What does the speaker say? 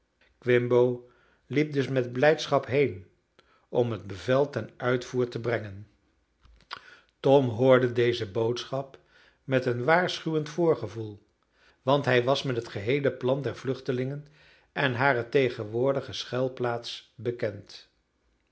quimbo liep dus met blijdschap heen om het bevel ten uitvoer te brengen tom hoorde deze boodschap met een waarschuwend voorgevoel want hij was met het geheele plan der vluchtelingen en hare tegenwoordige schuilplaats bekend